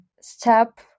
step